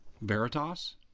veritas